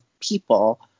people